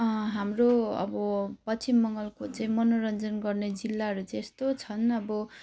हाम्रो अब पश्चिम बङ्गालको चाहिँ मनोरञ्जन गर्ने जिल्लाहरू चाहिँ यस्तो छन् अब